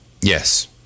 Yes